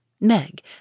Meg